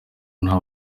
nta